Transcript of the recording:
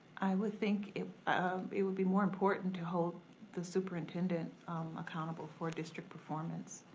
i would think it ah it would be more important to hold the superintendent accountable for district performance,